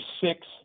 six